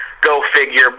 go-figure